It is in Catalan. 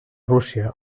rússia